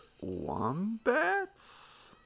wombats